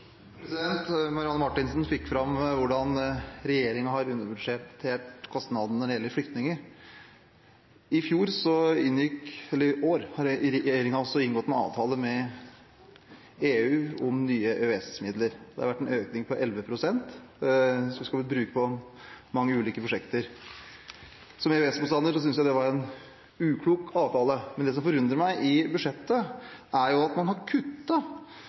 Marianne Marthinsen fikk fram hvordan regjeringen har underbudsjettert kostnadene når det gjelder flyktninger. I år har regjeringen inngått en avtale med EU om nye EØS-midler. Det har vært en økning på 11 pst., som skal bli brukt på mange ulike prosjekter. Som EØS-motstander syns jeg det var en uklok avtale, men det som forundrer meg i budsjettet, er at man har